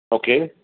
okay